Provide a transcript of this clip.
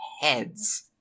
heads